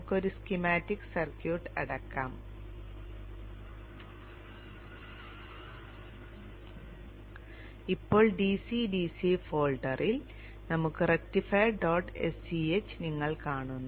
നമുക്ക് ഈ schematic circuit അടയ്ക്കാം ഇപ്പോൾ DC DC ഫോൾഡറിൽ നമുക്ക് rectifier dot s c h ഉണ്ടെന്ന് നിങ്ങൾ കാണുന്നു